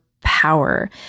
power